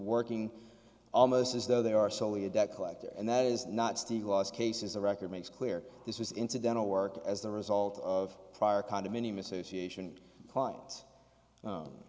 working almost as though they are solely a debt collector and that is not steve lost cases the record makes clear this was incidental work as the result of prior condominium association clients